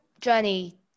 journey